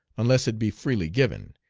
unless it be freely given,